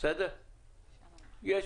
אנחנו